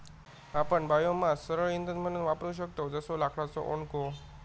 आपण बायोमास सरळ इंधन म्हणून वापरू शकतव जसो लाकडाचो ओंडको